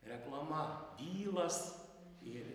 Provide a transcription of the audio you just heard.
reklama dylas ir